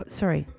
ah sorry.